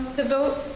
the vote,